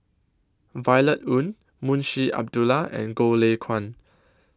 Violet Oon Munshi Abdullah and Goh Lay Kuan